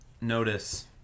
notice